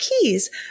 keys